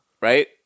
right